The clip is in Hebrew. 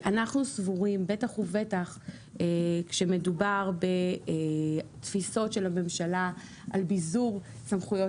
אנחנו סבורים בטח ובטח שכאשר מדובר בתפיסות של הממשלה על ביזור סמכויות